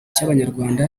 cy’abanyarwanda